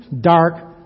dark